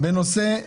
יש תכניות של עידוד